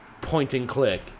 point-and-click